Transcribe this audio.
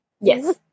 Yes